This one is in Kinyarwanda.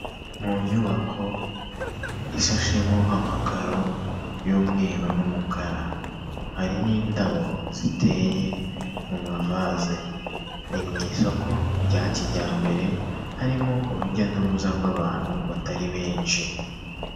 Mu nyubako ishashemo amakaro y'umweru n'umukara, hari n'indabo ziteye mu mavaze, ni mu isoko rya kijyambere, harimo urujya n'uruza rw'abantu batari benshi.